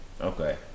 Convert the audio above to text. Okay